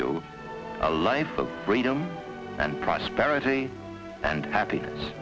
you a life of freedom and prosperity and happiness